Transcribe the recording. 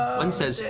one says,